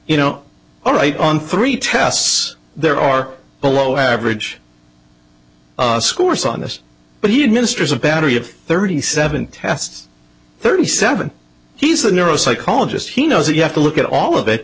you know all right on three tests there are below average scores on this but he administers a battery of thirty seven tests thirty seven he's a neuro psychologist he knows that you have to look at all of it